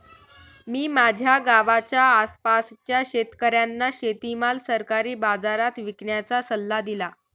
मी माझ्या गावाच्या आसपासच्या शेतकऱ्यांना शेतीमाल सरकारी बाजारात विकण्याचा सल्ला दिला